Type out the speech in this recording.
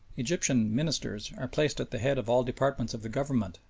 egyptian ministers are placed at the head of all departments of the government,